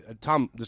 Tom